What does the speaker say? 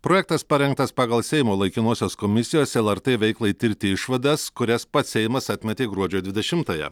projektas parengtas pagal seimo laikinosios komisijos lrt veiklai tirti išvadas kurias pats seimas atmetė gruodžio dvidešimtąją